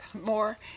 more